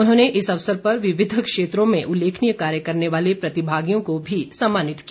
उन्होंने इस अवसर पर विविध क्षेत्रों में उल्लेखनीय कार्य करने वाले प्रतिभागियों को भी सम्मानित किया